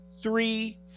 three